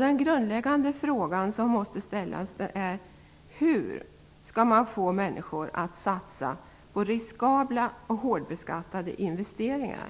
Den grundläggande frågan som måste ställas är hur man skall få människor att satsa på riskabla och hårdbeskattade investeringar